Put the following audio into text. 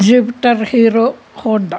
jupiter Hero Honda